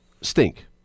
stink